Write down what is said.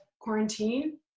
quarantine